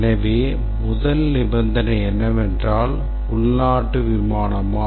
எனவே முதல் நிபந்தனை என்னவென்றால் 'உள்நாட்டு விமானமா